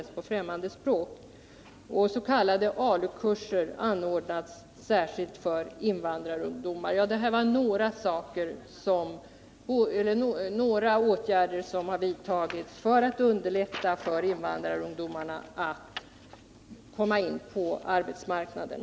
S. k. ALU-kurser anordnas särskilt för invandrarungdomar. Detta är några åtgärder som har vidtagits för att underlätta för invandrarungdomarna att komma in på arbetsmarknaden.